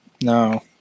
No